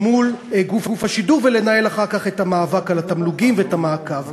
מול גוף השידור ולנהל אחר כך את המאבק על התמלוגים ואת המעקב.